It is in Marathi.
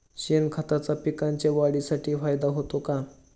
शेणखताचा पिकांच्या वाढीसाठी फायदा होतो का?